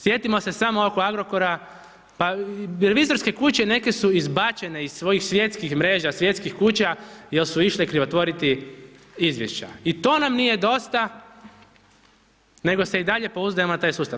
Sjetimo se samo oko Agrokora, pa revizorske kuće neke su izbačene iz svojih svjetskih mreža, svjetskih kuća jel su išle krivotvoriti izvješća i to nam nije dosta, nego se i dalje pouzdajemo u taj sustav.